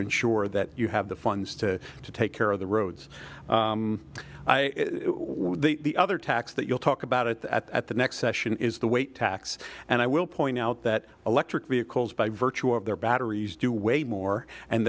ensure that you have the funds to to take care of the roads the other tax that you'll talk about it at the next session is the weight tax and i will point out that electric vehicles by virtue of their batteries do way more and